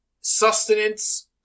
sustenance